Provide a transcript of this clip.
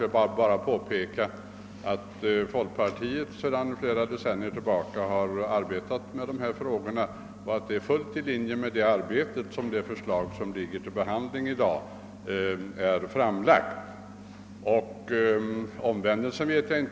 Jag vill då bara påpeka att folkpartiet sedan flera decennier tillbaka har arbetat med dessa frågor och att det förslag som föreligger till behandling i dag är fullt i linje med det arbetet.